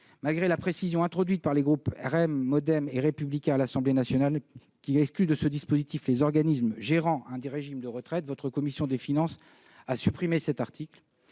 Malgré la précision introduite par les groupes LaREM, MoDem et Les républicains à l'Assemblée nationale, qui a exclu de ce dispositif les organismes gérant un des régimes de retraite, la commission des finances du Sénat a supprimé cet article.